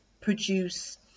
produce